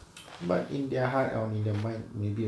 but in their high only their mind maybe